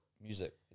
Music